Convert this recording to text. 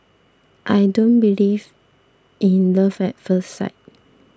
I don't believe in love at first sight